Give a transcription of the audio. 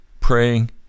praying